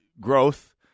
growth